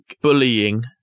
bullying